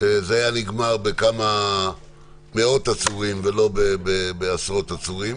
זה היה נגמר בכמה מאות עצורים ולא בעשרות עצורים.